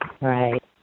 Right